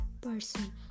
person